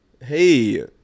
Hey